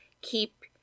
keep